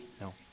No